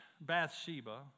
Bathsheba